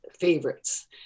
favorites